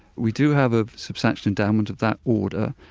we do have a substantial endowment of that order.